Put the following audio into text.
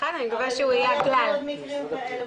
בעוד מקרים כאלו,